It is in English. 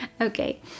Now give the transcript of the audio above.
Okay